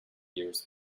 years